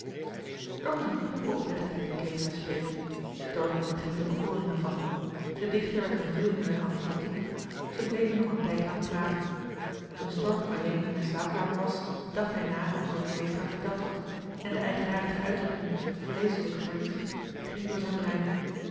er was een kloeke oprechtheid in kleestra's spreken stork onderging de bekoring ervan de dichter werd hem veel minder antipathiek zij bleven nog een tijdlang praten toen stork alleen in zijn slaapkamer was dacht hij na over wat kleestra verteld had en de eigenaardige uitdrukking vleeschelijk verliefd ging door zijn brein